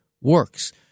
works